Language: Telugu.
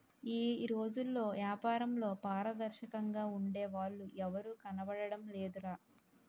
ఈ రోజుల్లో ఏపారంలో పారదర్శకంగా ఉండే వాళ్ళు ఎవరూ కనబడడం లేదురా